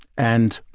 and